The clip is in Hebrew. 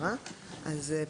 הדיון הוא